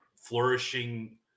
flourishing